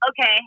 okay